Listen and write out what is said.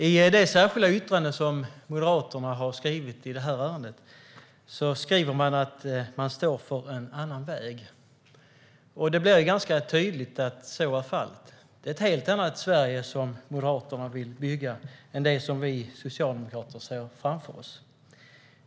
I det särskilda yttrande som Moderaterna har skrivit i detta ärende skriver de att de står för en annan väg. Det blir ganska tydligt att så är fallet. Det är ett helt annat Sverige som Moderaterna vill bygga än det som vi socialdemokrater ser framför oss.